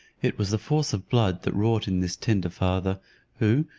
it was the force of blood that wrought in this tender father who,